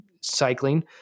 cycling